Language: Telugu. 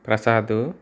ప్రసాద్